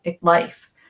life